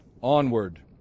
onward